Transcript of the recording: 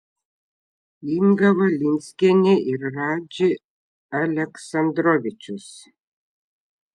inga valinskienė ir radži aleksandrovičius